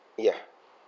ya